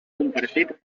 compartit